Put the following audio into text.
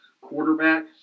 quarterback